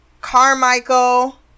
carmichael